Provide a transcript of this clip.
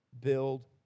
build